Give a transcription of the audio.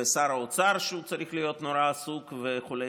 ושר האוצר שצריך להיות נורא עסוק וכו',